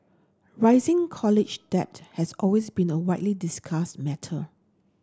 rising college debt has always been a widely discussed matter